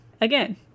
again